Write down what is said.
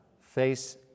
face